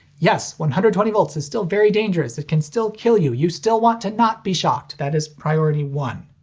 yes, one hundred and twenty v is still very dangerous! it can still kill you! you still want to not be shocked! that is priority one.